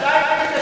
אתה היית שם.